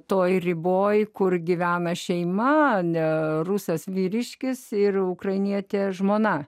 toje riboje kur gyvena šeima ne rusas vyriškis ir ukrainietė žmona